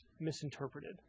misinterpreted